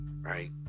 right